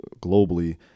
globally